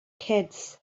kids